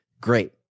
great